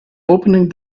opening